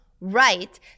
right